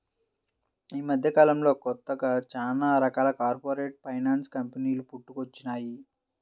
యీ మద్దెకాలంలో కొత్తగా చానా రకాల కార్పొరేట్ ఫైనాన్స్ కంపెనీలు పుట్టుకొచ్చినియ్యి